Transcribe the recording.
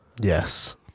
Yes